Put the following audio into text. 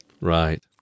Right